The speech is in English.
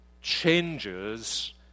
changes